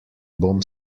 bom